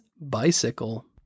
bicycle